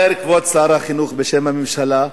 אומר כבוד שר החינוך בשם הממשלה: